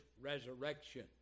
resurrection